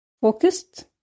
focused